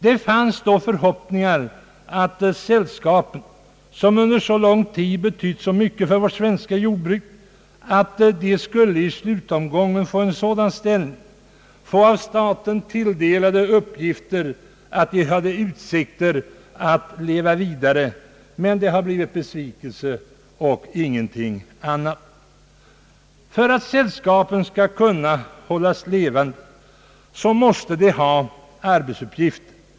Det fanns då förhoppningar om att sällskapen, som under så lång tid betytt så mycket för det svenska jordbruket, i slutomgången skulle få sådan ställning och av staten tilldelas sådana uppgifter att de hade utsikter att leva vidare. Men därav har blivit besvikelse och ingenting annat. För att hushållningssällskapen skall kunna hållas levande måste de ha arbetsuppgifter.